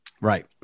Right